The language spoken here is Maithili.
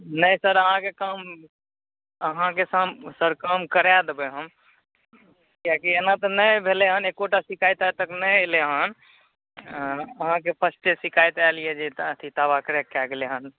नहि सर अहाँके काम अहाँके साम सर काम कराय देबै हम किएकि एना तऽ नहि भेलैहन एकोटा शिकायत आइ तक नहि एलैहँ अहाँक फर्स्टे शिकायत आएल यऽ जे अथी दबा क्रैक कै गेलैहन